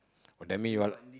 oh that mean you are